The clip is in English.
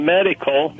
Medical